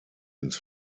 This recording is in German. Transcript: ins